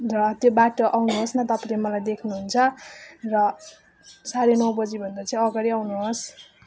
र त्यो बाटो आउनुहोस् न तपाईँले मलाई देख्नुहुन्छ र साढे नौ बजीभन्दा चाहिँ अगाडि आउनुहोस्